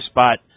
spot